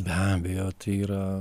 be abejo tai yra